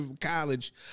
college